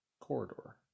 corridor